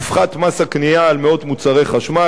הופחת מס הקנייה על מאות מוצרי חשמל,